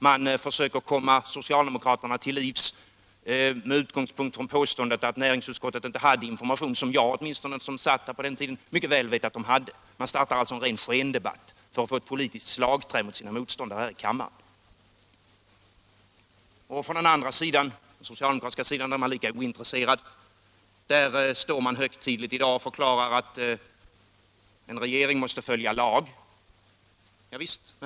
Man försöker komma socialdemokraterna till livs genom”att påstå att näringsutskottet inte hade information som åtminstone jag, som satt i näringsutskottet på den tiden, mycket väl vet att det hade. Man startar alltså en ren skendebatt för att få ett politiskt slagträ mot sina motståndare här i kammaren. På den socialdemokratiska sidan är man lika ointresserad. Där förklarar man i dag högtidligt att en regering måste följa lag.